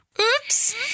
Oops